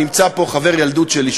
נמצא פה חבר ילדות שלי,